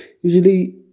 usually